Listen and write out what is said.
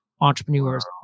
Entrepreneurs